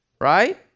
right